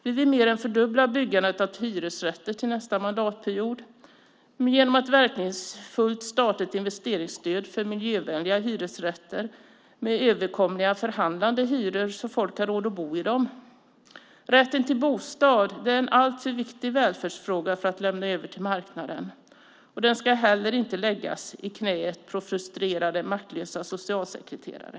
Vi vill mer än fördubbla byggandet av hyresrätter till nästa mandatperiod genom att verkningsfullt starta ett investeringsstöd för miljövänliga hyresrätter, med överkomliga och förhandlade hyror så att folk har råd att bo i dem. Rätten till bostad är en alltför viktig välfärdsfråga för att lämnas över till marknaden. Den ska heller inte läggas i knäet på frustrerade maktlösa socialsekreterare.